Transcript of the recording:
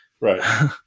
Right